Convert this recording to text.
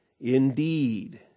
Indeed